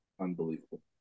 unbelievable